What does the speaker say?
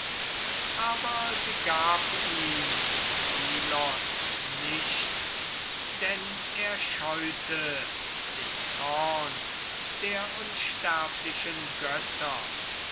aber sie gab ihm ilos nicht denn er scheute den zorn der unsterblichen götter